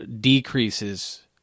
decreases